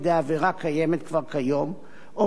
או בנסיבות שבהן לא ראוי להפלילה,